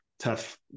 Tough